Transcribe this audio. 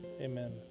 amen